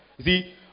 See